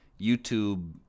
youtube